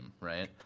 right